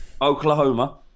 Oklahoma